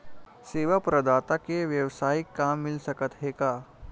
सेवा प्रदाता के वेवसायिक काम मिल सकत हे का?